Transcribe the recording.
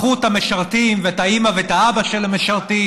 מכרו את המשרתים ואת האימא ואת האבא של המשרתים.